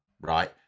Right